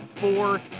four